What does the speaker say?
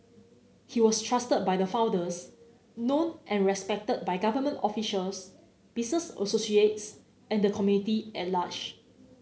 he was trusted by the founders known and respected by government officials business associates and the community at large